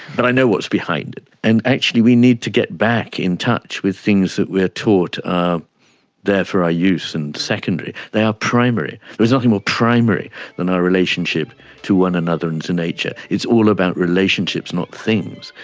but i know what's behind it. and actually we need to get back in touch with things that we are taught are there for our use and secondary. they are primary. there's nothing more primary than our relationship to one another and to nature. it's all about relationships, not things.